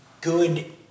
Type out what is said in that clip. good